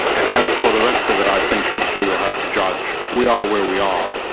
as for the rest of it i think history will have to judge. we are where we are.